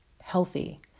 healthy